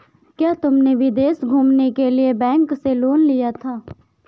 क्या तुमने विदेश घूमने के लिए बैंक से लोन लिया था?